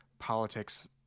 politics